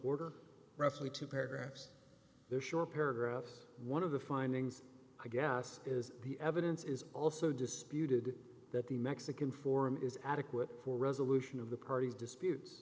order roughly two paragraphs they're short paragraphs one of the findings i guess is the evidence is also disputed that the mexican form is adequate for resolution of the party's dispute